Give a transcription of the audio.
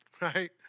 right